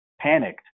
panicked